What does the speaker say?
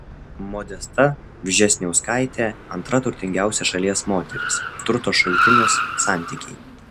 modesta vžesniauskaitė antra turtingiausia šalies moteris turto šaltinis santykiai